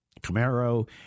Camaro